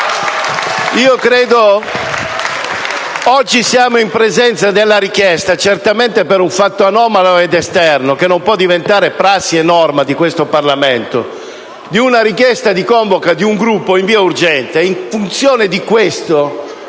Oggi siamo in presenza della richiesta, certamente per un fatto anomalo ed esterno che non può diventare prassi e norma di questo Parlamento, di convocazione di una riunione di un Gruppo in via urgente. In funzione di questo,